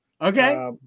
Okay